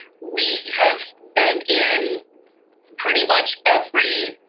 we have been in pretty much every,